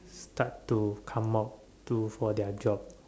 start to come out to for their job